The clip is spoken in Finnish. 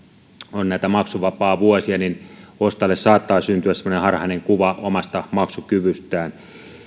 on näitä maksuvapaavuosia niin ostajalle saattaa syntyä harhainen kuva omasta maksukyvystään